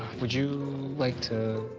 would you like to.